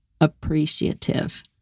appreciative